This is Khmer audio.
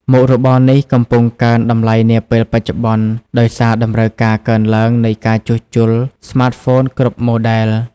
មុខរបរនេះកំពុងកើនតម្លៃនាពេលបច្ចុប្បន្ន ដោយសារតម្រូវការកើនឡើងនៃការជួសជុលស្មាតហ្វូនគ្រប់ម៉ូឌែល។